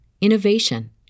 innovation